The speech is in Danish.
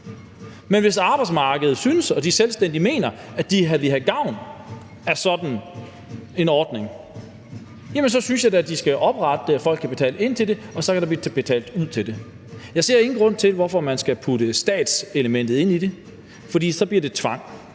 Men hvis arbejdsmarkedet synes og de selvstændige mener, at de vil have gavn af sådan en ordning, jamen så synes jeg da, at de skal oprette det, og folk kan betale ind til det, og så kan der blive udbetalt fra det. Jeg ser ingen grund til, at man skal putte statselementet ind i det, for så bliver det tvang.